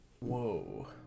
Whoa